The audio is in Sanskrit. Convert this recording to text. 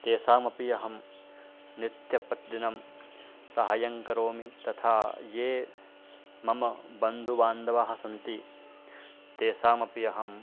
तेषामपि अहं नित्यं प्रतिदिनं नं साहाय्यं करोमि तथा ये मम बन्धुबान्धवाः सन्ति तेषामपि अहं